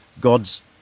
God's